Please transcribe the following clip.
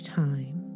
time